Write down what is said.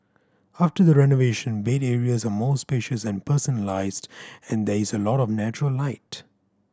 after the renovation bed areas are more spacious and personalised and there is a lot of natural light